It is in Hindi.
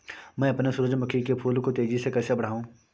मैं अपने सूरजमुखी के फूल को तेजी से कैसे बढाऊं?